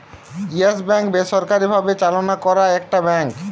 yes Bank বেসরকারি ভাবে চালনা করা একটা ব্যাঙ্ক